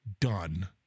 done